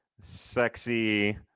sexy